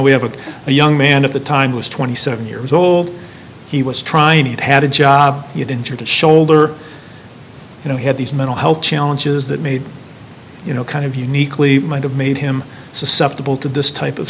we have a young man at the time was twenty seven years old he was trying it had a job he had injured a shoulder you know he had these mental health challenges that made you know kind of uniquely might have made him susceptible to this type of